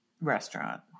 restaurant